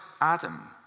Adam